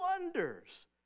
wonders